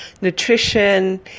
nutrition